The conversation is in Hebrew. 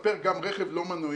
ייספר גם רכב לא מנועי.